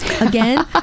again